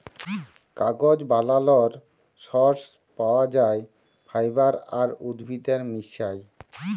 কাগজ বালালর সর্স পাউয়া যায় ফাইবার আর উদ্ভিদের মিশায়